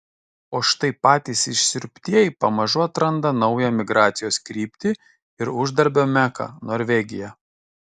o štai patys išsiurbtieji pamažu atranda naują migracijos kryptį ir uždarbio meką norvegiją